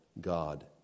God